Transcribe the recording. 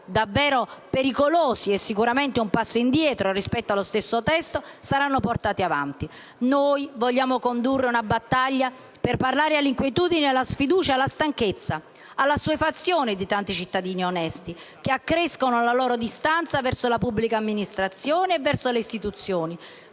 davvero pericolosi e sicuramente un passo indietro rispetto allo stesso testo, saranno portati avanti. Noi vogliamo condurre una battaglia per parlare all'inquietudine, alla sfiducia, alla stanchezza, alla assuefazione di tanti cittadini onesti che accrescono la loro distanza verso la pubblica amministrazione e le istituzioni.